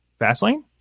Fastlane